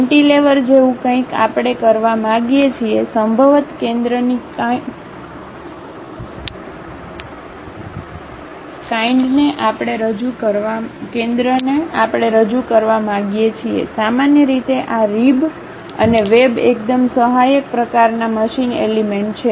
cantilever જેવું કંઈક આપણે કરવા માંગીએ છીએ સંભવત કેન્દ્ર ની કાઇન્ડિ ને આપણે રજૂ કરવા માગીએ છીએ સામાન્ય રીતે આ રીબઅને વેબ એકદમ સહાયક પ્રકારનાં મશીન એલિમેન્ટ છે